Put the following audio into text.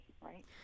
right